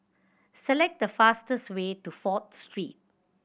select the fastest way to Fourth Street